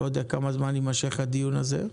אני לא יודע כמה זמן יימשך הדיון הזה.